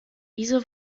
wieso